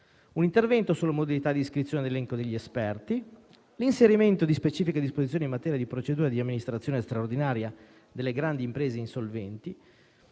un intervento sulle modalità di iscrizione nell'elenco degli esperti; l'inserimento di specifiche disposizioni in materia di procedure di amministrazione straordinaria delle grandi imprese insolventi;